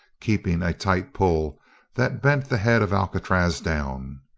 keeping a tight pull that bent the head of alcatraz down.